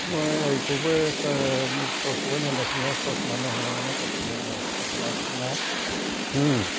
মই হেয়ি চকুৱে নেদেখোঁ নহয় চছমা নহ'লে মানে দেখিবই নোৱাৰোঁ চছমাযোৰো নাই